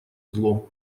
злом